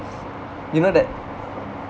you know that